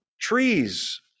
trees